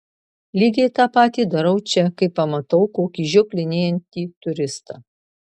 lygiai tą patį darau čia kai pamatau kokį žioplinėjantį turistą